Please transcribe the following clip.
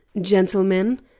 Gentlemen